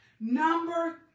Number